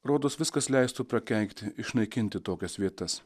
rodos viskas leistų prakeikti išnaikinti tokias vietas